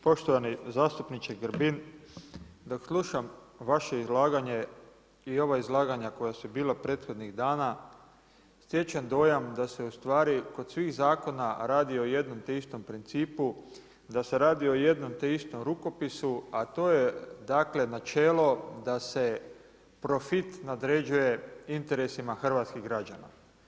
Poštovani zastupniče Grbin, dok slušam vaše izlaganje, i ova izlaganja koja su bila prethodnih dana, stječem dojam da se ustvari kod svih zakona radi o jednom te istom principu, da se radi o jednom te istom rukopisu, a to je dakle načelo da se profit nadređuje interesima hrvatskih građana.